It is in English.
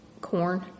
corn